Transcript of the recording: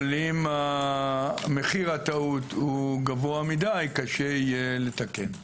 אבל אם מחיר הטעות הוא גבוה מדי, קשה יהיה לתקן.